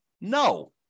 No